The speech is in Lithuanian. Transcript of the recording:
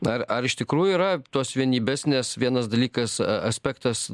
dar ar iš tikrųjų yra tos vienybės nes vienas dalykas aspektas